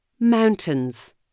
Mountains